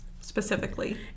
specifically